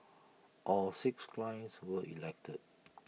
all six clients were elected